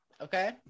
Okay